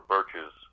Birches